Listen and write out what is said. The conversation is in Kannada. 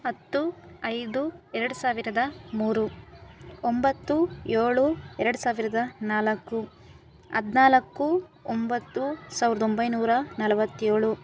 ಹತ್ತು ಐದು ಎರಡು ಸಾವಿರದ ಮೂರು ಒಂಬತ್ತು ಏಳು ಎರಡು ಸಾವಿರದ ನಾಲ್ಕು ಹದಿನಾಲ್ಕು ಒಂಬತ್ತು ಸಾವಿರದ ಒಂಬೈನೂರ ನಲವತ್ತೇಳು